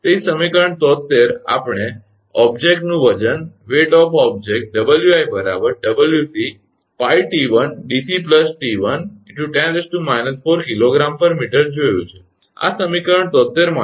તેથી સમીકરણ 73 આપણે ઓબ્જેકટનું વજન 𝑊𝑖 𝑊𝑐𝜋𝑡1𝑑𝑐 𝑡1 × 10−4 𝐾𝑔𝑚 જોયું છે આ સમીકરણો 73 માંથી છે